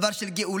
דבר של גאולה,